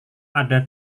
ada